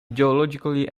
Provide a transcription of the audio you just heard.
geologically